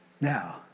Now